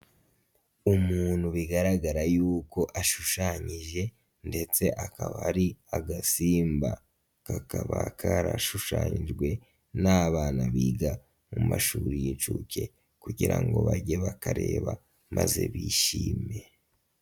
Umuntu bigaragara yuko ashushanyije ndetse akaba ari agasimba. Kakaba karashushanyijwe n'abana biga mu mashuri y'inshuke kugira ngo bajye bakareba maze bishime.